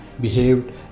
behaved